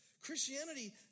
Christianity